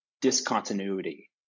discontinuity